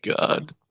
God